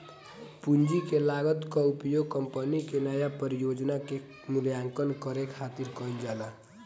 पूंजी के लागत कअ उपयोग कंपनी के नया परियोजना के मूल्यांकन करे खातिर कईल जाला